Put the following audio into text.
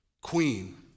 Queen